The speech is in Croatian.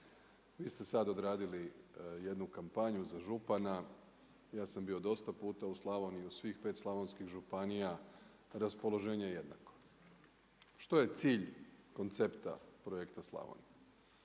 Vi ste sada odradili jednu kampanju za župana. Ja sam bio dosta puta u Slavoniji i u svih 5 slavonskih županija, raspoloženje je jednako. Što je cilj koncepta projekta Slavonija?